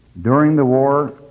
during the war